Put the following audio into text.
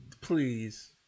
Please